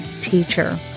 teacher